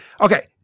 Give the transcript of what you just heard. Okay